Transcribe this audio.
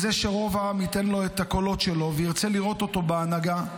זה שרוב העם ייתן לו את הקולות שלו וירצה לראותו אותו בהנהגה.